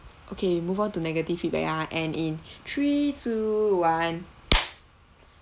okay move on to negative feedback ah and in three two one